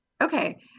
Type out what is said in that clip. okay